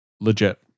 Legit